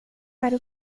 para